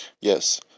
Yes